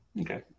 Okay